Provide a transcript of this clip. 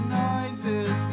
noises